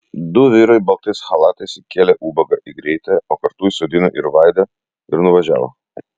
du vyrai baltais chalatais įkėlė ubagą į greitąją o kartu įsodino ir vaidą ir nuvažiavo